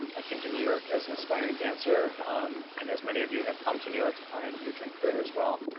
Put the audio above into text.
um came to new york as an aspiring dancer on and as many of you have come to new york to find your dream career as well.